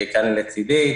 שכאן לצידי,